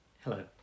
Hello